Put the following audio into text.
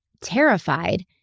terrified